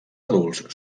adults